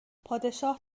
پادشاه